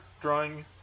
drawing